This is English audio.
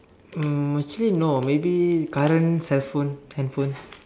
um actually no maybe current cell phone handphones